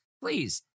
please